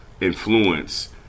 influence